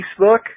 Facebook